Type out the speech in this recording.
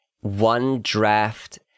one-draft